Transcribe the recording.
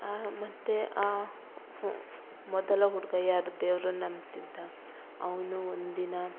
ಆ ಮತ್ತೆ ಆ ಮೊದಲ ಹುಡುಗ ಯಾರು ದೇವ್ರನ್ನು ನಂಬುತ್ತಿದ್ದ ಅವನು ಒಂದಿನ